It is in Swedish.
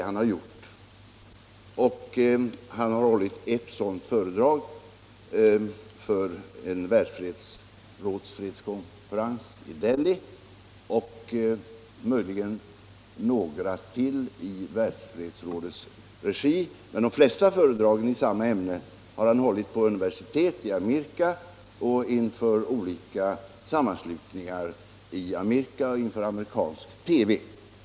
Han har hållit ett sådant föredrag för en Världsfredsrådskonferens i Delhi och möjligen några till i Världsfredsrådets regi, men de flesta föredragen har han hållit på universitet och inför olika sammanslutningar i Amerika och i amerikansk TV.